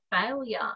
failure